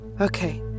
Okay